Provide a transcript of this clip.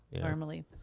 Normally